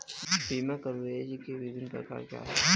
बीमा कवरेज के विभिन्न प्रकार क्या हैं?